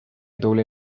doble